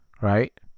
right